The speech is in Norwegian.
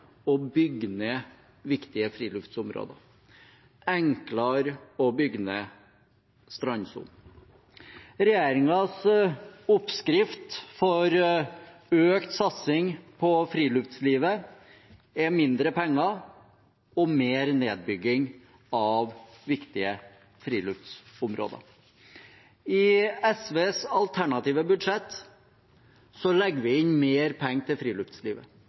å bygge ned viktige friluftsområder, enklere å bygge ned strandsonen. Regjeringens oppskrift på økt satsing på friluftslivet er mindre penger og mer nedbygging av viktige friluftsområder. I SVs alternative budsjett legger vi inn mer penger til friluftslivet.